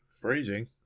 Freezing